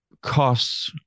costs